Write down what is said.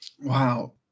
Wow